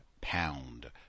pound